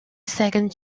second